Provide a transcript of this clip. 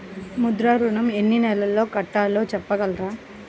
ముద్ర ఋణం ఎన్ని నెలల్లో కట్టలో చెప్పగలరా?